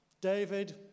David